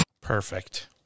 Perfect